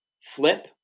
flip